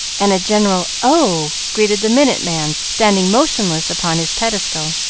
and a general oh! greeted the minute man, standing motionless upon his pedestal.